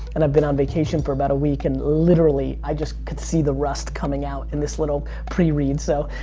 and i've been on vacation for about a week, and literally, i just could see the rust coming out in this little pre-read. so,